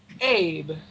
Abe